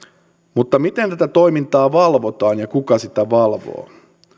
mutta miten tätä toimintaa valvotaan ja kuka sitä valvoo